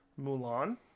Mulan